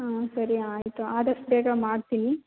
ಹಾಂ ಸರಿ ಆಯಿತು ಆದಷ್ಟು ಬೇಗ ಮಾಡ್ತೀನಿ